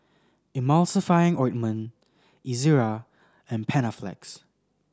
Emulsying Ointment Ezerra and Panaflex